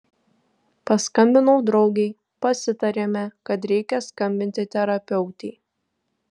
paskambinau draugei pasitarėme kad reikia skambinti terapeutei